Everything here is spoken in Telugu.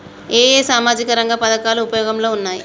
ఏ ఏ సామాజిక రంగ పథకాలు ఉపయోగంలో ఉన్నాయి?